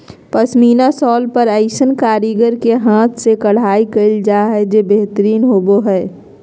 पश्मीना शाल पर ऐसन कारीगर के हाथ से कढ़ाई कयल जा हइ जे बेहतरीन होबा हइ